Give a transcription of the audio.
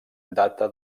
data